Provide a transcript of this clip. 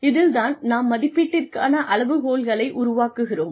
இதில் தான் நாம் மதிப்பீட்டிற்கான அளவுகோல்களை உருவாக்குகிறோம்